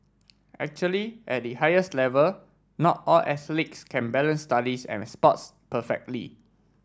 actually at the highest level not all athletes can balance studies and sports perfectly